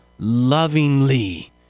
lovingly